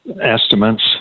estimates